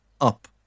up